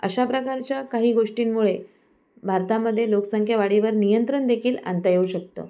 अशा प्रकारच्या काही गोष्टींमुळे भारतामध्ये लोकसंख्या वाढीवर नियंत्रण देखील आणता येऊ शकतं